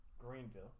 Greenville